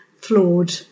flawed